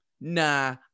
nah